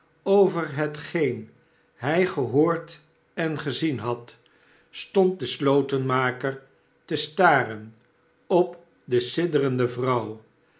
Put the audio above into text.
over hetgeen hij gehoord en gezien had stond de slotenmaker te staren op de sidderende vrouw